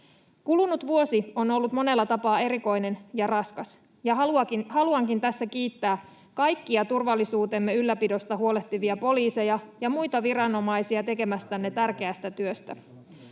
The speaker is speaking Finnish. Kulunut vuosi on ollut monella tapaa erikoinen ja raskas, ja haluankin tässä kiittää kaikkia turvallisuutemme ylläpidosta huolehtivia poliiseja ja muita viranomaisia tekemästänne tärkeästä työstä.